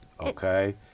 okay